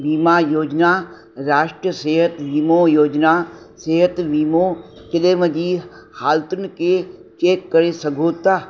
बीमा योजना राष्ट्रीय सिहत वीमो योजना सिहत वीमो क्लेम जी हालतुनि खे चेक करे सघो था